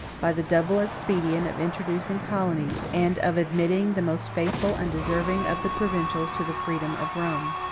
by the double expedient of introducing colonies, and of admitting the most faithful and deserving of the provincials to the freedom of rome.